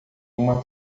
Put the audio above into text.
uma